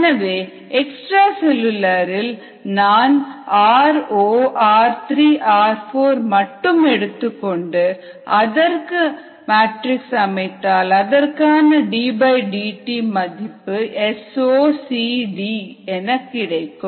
எனவே extra cellular இல் நான் r0 r3r4 மட்டும் எடுத்துக்கொண்டு அதற்கு அமைத்தால் அதற்கான ddt மதிப்பு S0 CD கிடைக்கும்